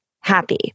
happy